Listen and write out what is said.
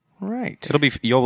Right